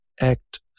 act